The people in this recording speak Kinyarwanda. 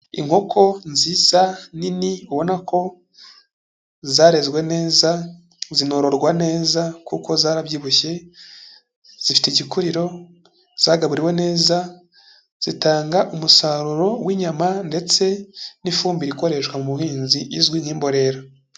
Inkoko nziza nini ubona ko, zarezwe neza zinororwa neza, kuko zarabyibushye, zifite igikuriro, zagaburiwe neza, zitanga umusaruro w'inyama ndetse n'ifumbire ikoreshwa mu buhinzi izwi nk'imborera.